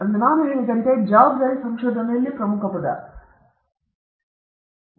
ಹಾಗಾಗಿ ನಾನು ಹೇಳಿದಂತೆ ಜವಾಬ್ದಾರಿ ಸಂಶೋಧನೆಯಲ್ಲಿ ಪ್ರಮುಖ ಪದ ಮತ್ತು ಸಂಶೋಧನೆಯ ನೈತಿಕ ದೋಷಗಳು ಇತರ ಜನರಿಗೆ ಗಮನಾರ್ಹವಾಗಿ ಹಾನಿಯಾಗಬಹುದು